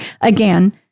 Again